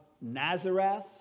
Nazareth